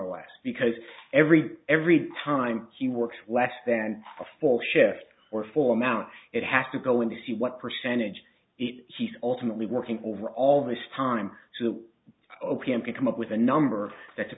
or less because every every time he works less than a full shift or full amount it has to go in to see what percentage he's ultimately working over all this time to o p m can come up with a number that's a